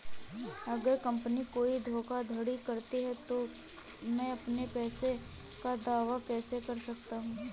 अगर कंपनी कोई धोखाधड़ी करती है तो मैं अपने पैसे का दावा कैसे कर सकता हूं?